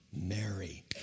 Mary